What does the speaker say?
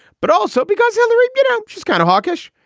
but also because hillary, you know, she's kind of hawkish.